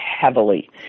heavily